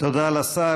תודה לשר.